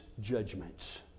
judgments